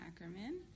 Ackerman